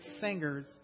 singers